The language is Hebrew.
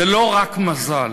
זה לא רק מזל.